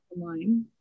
online